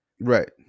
Right